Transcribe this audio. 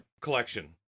collection